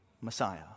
Messiah